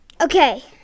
Okay